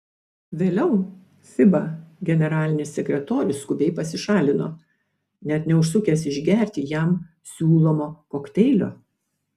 vėliau fiba generalinis sekretorius skubiai pasišalino net neužsukęs išgerti jam siūlomo kokteilio